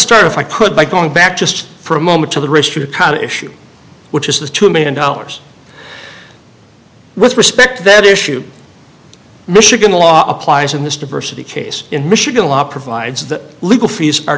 start if i could by going back just for a moment to the richard cut issue which is the two million dollars with respect that issue michigan law applies in this diversity case in michigan law provides that legal fees are